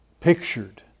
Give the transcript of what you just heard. pictured